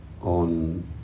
on